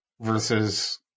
versus